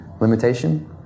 limitation